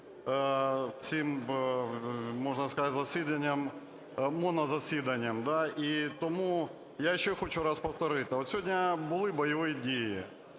цим, можна сказати, засіданням, монозасіданням. І тому я хочу ще раз повторити. От сьогодні були бойові дії.